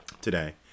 today